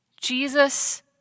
Jesus